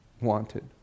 wanted